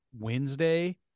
Wednesday